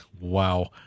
Wow